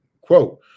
Quote